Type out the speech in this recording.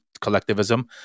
collectivism